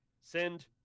send